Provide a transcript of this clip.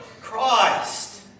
Christ